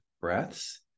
breaths